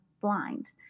blind